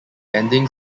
ending